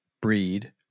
breed